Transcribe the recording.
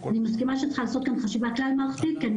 אני מסכימה שצריך לעשות כאן חשיבה כלל מערכתית כי אני